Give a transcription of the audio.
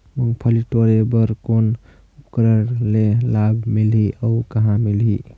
मुंगफली टोरे बर कौन उपकरण ले लाभ मिलही अउ कहाँ मिलही?